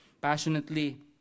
passionately